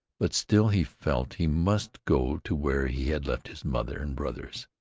but still he felt he must go to where he had left his mother and brothers.